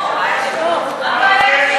מה הבעיה עם חינוך?